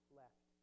left